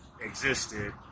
existed